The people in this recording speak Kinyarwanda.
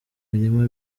mirima